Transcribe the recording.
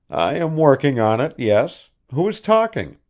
i am working on it, yes. who is talking?